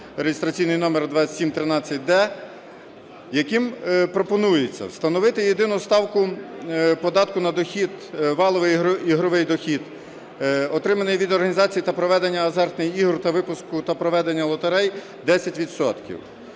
реєстраційний номер 2713-д, яким пропонується встановити єдину ставку податку на дохід, валовий ігровий дохід, отриманий від організацій та проведення азартних ігор та випуску та проведення лотерей 10